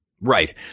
Right